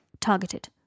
Targeted